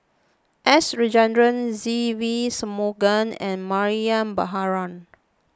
S Rajendran Se Ve Shanmugam and Mariam Baharom